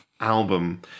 album